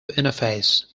interface